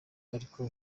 ariko